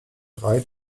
drei